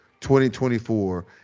2024